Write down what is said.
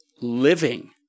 living